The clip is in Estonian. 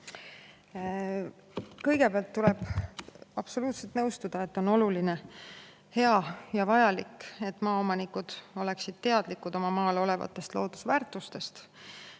Kõigepealt tuleb absoluutselt nõustuda, et on oluline, hea ja vajalik, et maaomanikud oleksid teadlikud oma maal olevatest loodusväärtustest